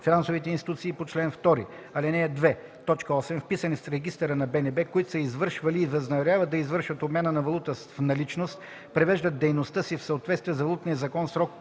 Финансовите институции по чл. 2, ал. 2, т. 8, вписани в регистъра на БНБ, които са извършвали и възнамеряват да извършват обмяна на валута в наличност, привеждат дейността си в съответствие с Валутния закон в срока